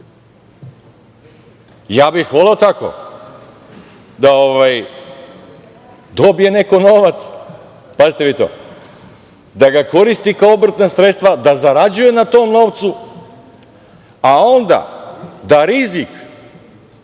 bih voleo tako da dobije neko novac, pazite vi to, da ga koristi kao obrtna sredstva, da zarađuje na tom novcu, a onda da rizik